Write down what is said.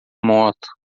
moto